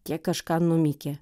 tie kažką numykė